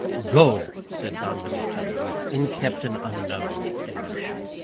go, said don benito, with inkept and unknown emotion.